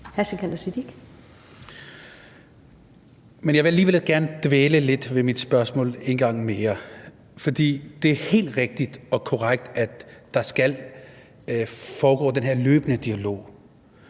Men jeg vil alligevel gerne dvæle lidt ved mit spørgsmål. For det er helt rigtigt og korrekt, at der skal foregå den her løbende dialog,